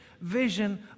vision